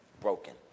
broken